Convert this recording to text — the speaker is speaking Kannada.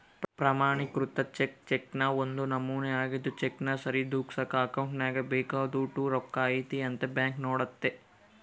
ಪ್ರಮಾಣಿಕೃತ ಚೆಕ್ ಚೆಕ್ನ ಒಂದು ನಮೂನೆ ಆಗಿದ್ದು ಚೆಕ್ನ ಸರಿದೂಗ್ಸಕ ಅಕೌಂಟ್ನಾಗ ಬೇಕಾದೋಟು ರೊಕ್ಕ ಐತೆ ಅಂತ ಬ್ಯಾಂಕ್ ನೋಡ್ತತೆ